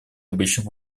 обычных